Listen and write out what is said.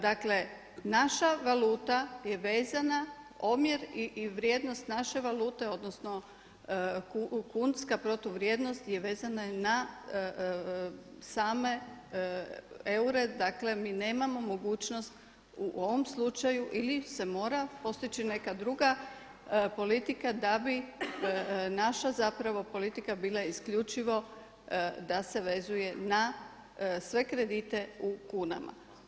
Dakle, naša valuta je vezana omjer i odnos naše valute odnosno kunska protuvrijednost je vezana na same eure, dakle mi nemamo mogućnost u ovom slučaju ili se mora postići neka druga politika da bi naša politika bila isključivo da se vezuje na sve kredite u kunama.